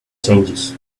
changes